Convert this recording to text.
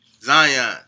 Zion